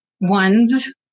ones